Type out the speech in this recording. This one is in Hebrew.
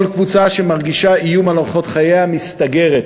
כל קבוצה שמרגישה איום על אורחות חייה מסתגרת.